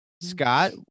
Scott